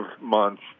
months